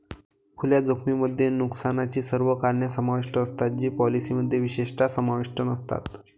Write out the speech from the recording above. खुल्या जोखमीमध्ये नुकसानाची सर्व कारणे समाविष्ट असतात जी पॉलिसीमध्ये विशेषतः समाविष्ट नसतात